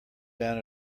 down